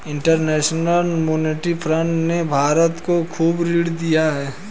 international Monetary Fund ने भारत को खूब ऋण दिया है